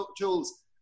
tools